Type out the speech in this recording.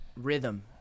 rhythm